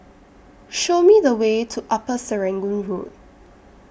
Show Me The Way to Upper Serangoon Road